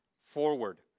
forward